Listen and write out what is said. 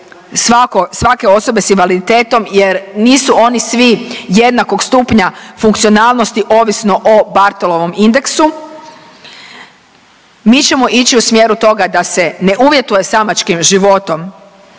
svake osobe s invaliditetom jer nisu oni svi jednakog stupnja funkcionalnosti ovisno o Barthelovom indeksu, mi ćemo ići u smjeru toga da se ne uvjetuje samačkim životom